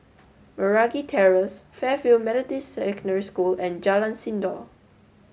Meragi Terrace Fairfield Methodist Secondary School and Jalan Sindor